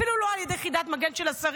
אפילו לא על ידי יחידת מגן של השרים,